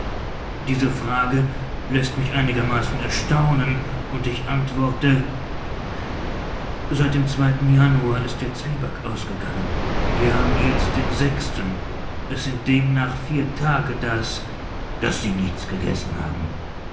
diese frage läßt mich einigermaßen erstaunen und ich antworte seit dem januar ist der zwieback ausgegangen wir haben jetzt den es sind demnach vier tage daß daß sie nichts gegessen haben